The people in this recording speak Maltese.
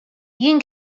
jien